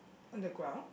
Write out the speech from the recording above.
on the ground